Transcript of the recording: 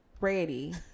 Ready